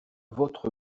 votre